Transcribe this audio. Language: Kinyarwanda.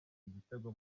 igitego